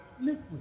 liquid